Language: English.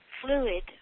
fluid